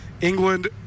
England